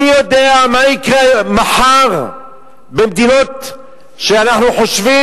מי יודע מה יקרה מחר במדינות שאנחנו חושבים